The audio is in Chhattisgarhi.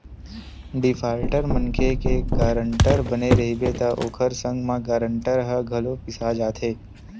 डिफाल्टर मनखे के गारंटर बने रहिबे त ओखर संग म गारंटर ह घलो पिसा जाथे